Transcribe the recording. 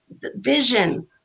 vision